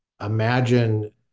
imagine